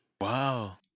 wow